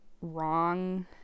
wrong